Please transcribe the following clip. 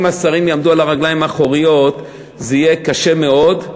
אם השרים יעמדו על הרגליים האחוריות זה יהיה קשה מאוד.